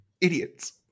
Idiots